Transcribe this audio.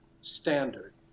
standard